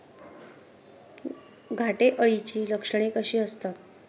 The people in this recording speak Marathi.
घाटे अळीची लक्षणे कशी असतात?